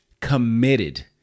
committed